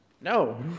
No